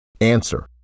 Answer